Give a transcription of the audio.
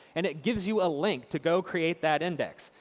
and it gives you a link to go create that index.